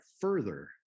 further